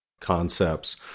concepts